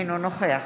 אינו נוכח